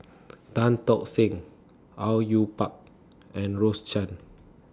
Tan Tock Seng Au Yue Pak and Rose Chan